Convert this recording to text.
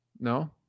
No